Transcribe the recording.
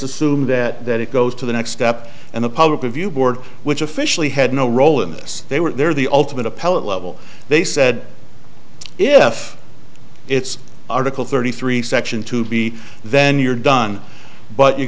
assume that that it goes to the next step and the public review board which officially had no role in this they were there the ultimate appellate level they said if it's article thirty three section two b then you're done but you